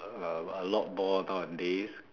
uh a lot more nowadays